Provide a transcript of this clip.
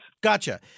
Gotcha